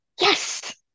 Yes